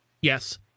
Yes